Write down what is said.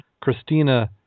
Christina